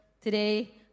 today